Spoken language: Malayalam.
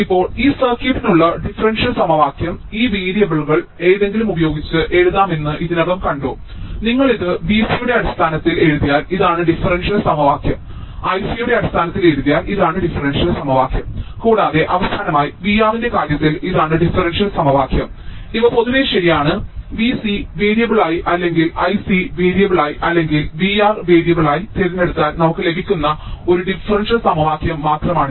ഇപ്പോൾ ഈ സർക്യൂട്ടിനുള്ള ഡിഫറൻഷ്യൽ സമവാക്യം ഈ വേരിയബിളുകളിൽ ഏതെങ്കിലുമുപയോഗിച്ച് എഴുതാമെന്ന് ഇതിനകം കണ്ടു നിങ്ങൾ ഇത് V c യുടെ അടിസ്ഥാനത്തിൽ എഴുതിയാൽ ഇതാണ് ഡിഫറൻഷ്യൽ സമവാക്യം I c യുടെ അടിസ്ഥാനത്തിൽ ഇതാണ് ഡിഫറൻഷ്യൽ സമവാക്യം കൂടാതെ അവസാനമായി VR ന്റെ കാര്യത്തിൽ ഇതാണ് ഡിഫറൻഷ്യൽ സമവാക്യം ഇവ പൊതുവെ ശരിയാണ് V c വേരിയബിളായി അല്ലെങ്കിൽ I c വേരിയബിളായി അല്ലെങ്കിൽ VR വേരിയബിളായി തിരഞ്ഞെടുത്താൽ നമുക്ക് ലഭിക്കുന്ന ഒരു ഡിഫറൻഷ്യൽ സമവാക്യം മാത്രമാണിത്